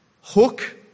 hook